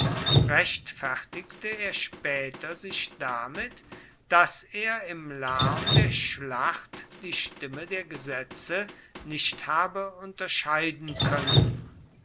rechtfertigte er später sich damit daß er im lärm der schlacht die stimme der gesetze nicht habe unterscheiden können